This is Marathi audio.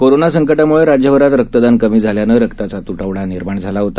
कोरोनासंकटाम्ळेराज्यभरातरक्तदानकमीझाल्यानंरक्ताचात्टवडानिर्माणझालाहोता